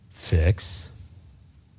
fix